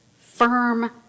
firm